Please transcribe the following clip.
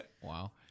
Wow